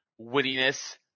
wittiness